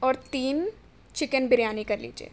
اور تین چکن بریانی کر لیجیے